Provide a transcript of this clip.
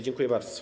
Dziękuję bardzo.